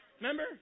Remember